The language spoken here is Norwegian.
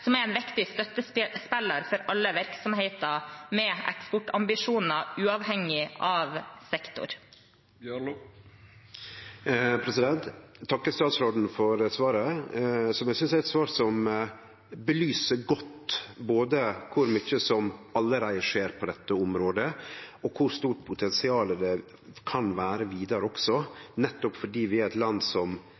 som er en viktig støttespiller for alle virksomheter med eksportambisjoner, uavhengig av sektor. Eg vil takke statsråden for svaret, som er eit svar som belyser godt både kor mykje som allereie skjer på dette området, og kor stort potensial det kan vere vidare. Det er fordi vi er eit land som